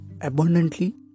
abundantly